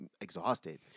exhausted